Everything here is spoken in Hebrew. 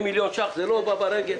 40 מיליון ₪ לא הולך ברגל.